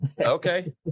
Okay